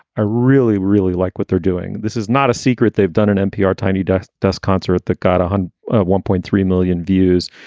i really, really like what they're doing. this is not a secret. they've done an npr tiny desk desk concert that got a one point three million views.